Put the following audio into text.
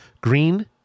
green